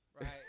right